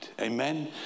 Amen